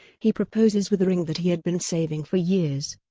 he proposes with a ring that he had been saving for years.